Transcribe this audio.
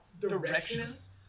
directions